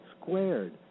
squared